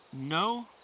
No